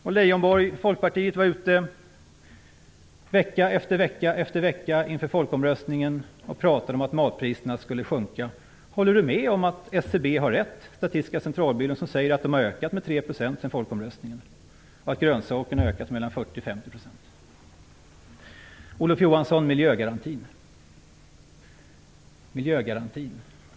Lars Leijonborg, Folkpartiet var ute vecka efter vecka efter vecka inför folkomröstningen och pratade om att matpriserna skulle sjunka. Håller Lars Leijonborg med om att Statistiska Centralbyrån har rätt när den säger att matpriserna har ökat med 3 % sedan folkomröstningen och att priset på grönsaker har ökat med mellan 40 och 50 %? Olof Johansson, hur var det med miljögarantin?